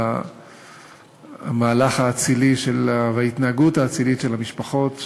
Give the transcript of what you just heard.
המהלך האצילי וההתנהגות האצילית של המשפחות,